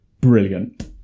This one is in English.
brilliant